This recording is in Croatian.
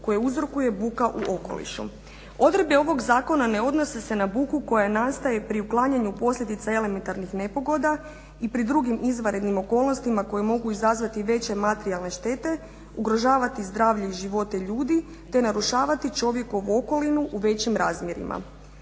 koje uzrokuje buka u okolišu. Odredbe ovog zakona ne odnose se na buku koja nastaje pri uklanjanju posljedica elementarnih nepogoda i pri drugim izvanrednim okolnostima koje mogu izazvati veće materijalne štete, ugrožavati zdravlje i živote ljudi te narušavati čovjekovu okolinu u većim razmjerima.